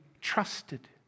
trusted